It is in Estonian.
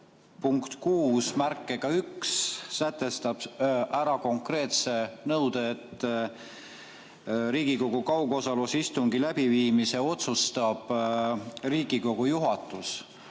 punkt 61sätestab ära konkreetse nõude, et Riigikogu kaugosalusistungi läbiviimise otsustab Riigikogu juhatus.